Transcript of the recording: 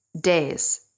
days